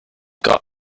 got